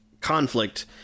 conflict